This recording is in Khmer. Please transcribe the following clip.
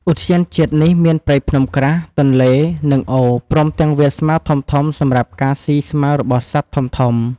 ឧទ្យានជាតិនេះមានព្រៃភ្នំក្រាស់ ទន្លេ និងអូរ ព្រមទាំងវាលស្មៅធំៗសម្រាប់ការស៊ីស្មៅរបស់សត្វធំៗ។